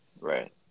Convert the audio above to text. Right